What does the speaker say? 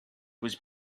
was